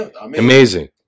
Amazing